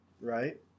right